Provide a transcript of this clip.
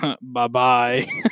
Bye-bye